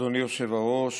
אדוני היושב-ראש,